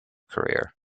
career